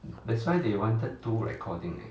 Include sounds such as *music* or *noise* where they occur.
*noise*